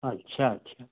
अच्छा अच्छा